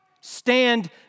Stand